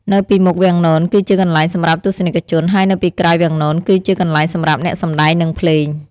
នៅពីមុខវាំងននគឺជាកន្លែងសម្រាប់ទស្សនិកជន ហើយនៅពីក្រោយវាំងននគឺជាកន្លែងសម្រាប់អ្នកសម្តែង និងភ្លេង។